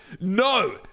No